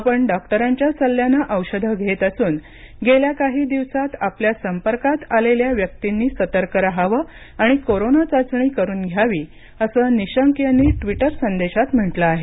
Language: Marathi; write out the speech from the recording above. आपण डॉक्टरांच्या सल्ल्याने औषधं घेत असून गेल्या काही दिवसात आपल्या संपर्कात आलेल्या व्यक्तींनी सतर्क रहावं आणि कोरोना चाचणी करुन घ्यावी असं निशंक यांनी ट्विटर संदेशात म्हटलं आहे